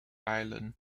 island